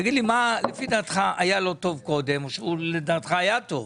תגיד לי מה לפי דעתך היה לא טוב קודם או לדעתך היה טוב,